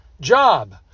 job